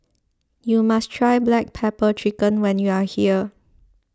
you must try Black Pepper Chicken when you are here